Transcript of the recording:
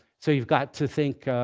so you've got to think,